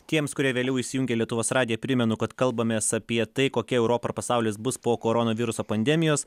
tiems kurie vėliau įsijungė lietuvos radiją primenu kad kalbamės apie tai kokia europa ar pasaulis bus po koronaviruso pandemijos